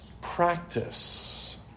practice